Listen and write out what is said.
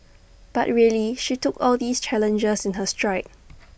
but really she took all these challenges in her stride